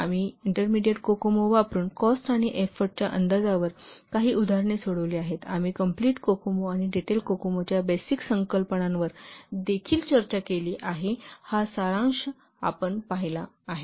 आम्ही intermediate COCOMO वापरून cost आणि एफोर्टच्या अंदाजावर काही उदाहरणे सोडविली आहेत आम्ही कंप्लिट कोकोमो किंवा डिटेल कोकोमो च्या बेसिक संकल्पनांवर देखील चर्चा केली आहे हा सारांश आहे आपण पाहिले आहे